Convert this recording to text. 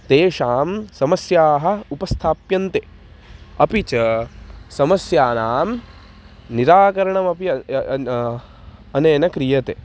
तेषां समस्याः उपस्थाप्यन्ते अपि च समस्यानां निराकरणमपि अनेन क्रियते